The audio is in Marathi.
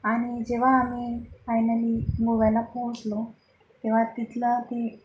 आणि जेव्हा आम्ही फायनली गोव्याला पोहोचलो तेव्हा तिथलं ते